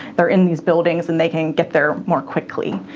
they're in these buildings and they can get there more quickly,